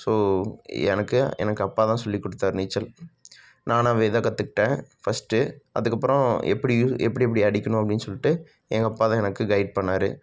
so எனக்கு எனக்கு அப்பா தான் சொல்லிக் கொடுத்தாரு நீச்சல் நானாகவேதான் கற்றுக்கிட்டேன் ஃபஸ்ட்டு அதுக்கப்புறம் எப்படி இ எப்படி எப்படி அடிக்கணும் அப்படின்னு சொல்லிட்டு எங்கள் அப்பா தான் எனக்கு கைட் பண்ணிணாரு